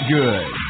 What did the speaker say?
good